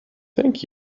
thank